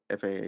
FAA